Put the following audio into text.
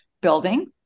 building